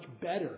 better